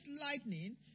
lightning